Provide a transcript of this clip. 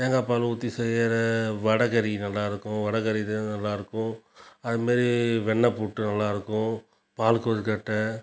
தேங்காய்ப்பால் ஊற்றி செய்யற வடைகறி நல்லாருக்கும் வடைகறி இது நல்லாருக்கும் அது மாதிரி வெண்ணப்புட்டு நல்லாருக்கும் பால் கொழுக்கட்டை